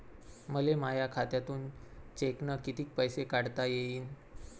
मले माया खात्यातून चेकनं कितीक पैसे काढता येईन?